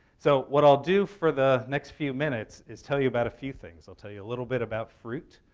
so what i'll do for the next few minutes is tell you about a few things. i'll tell you a little bit about fruit.